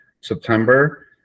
September